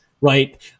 right